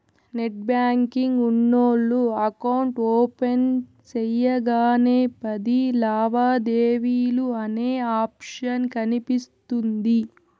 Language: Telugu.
నెట్ బ్యాంకింగ్ ఉన్నోల్లు ఎకౌంట్ ఓపెన్ సెయ్యగానే పది లావాదేవీలు అనే ఆప్షన్ కనిపిస్తుంది